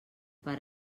per